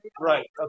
Right